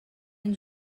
ens